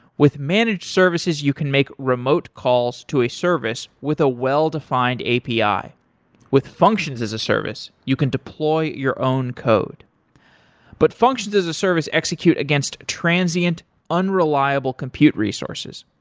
with managed services, you can make remote calls to a service with a well-defined api. with functions as a service, you can deploy your own code but functions as a service execute against transient unreliable compute resources.